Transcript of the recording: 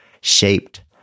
shaped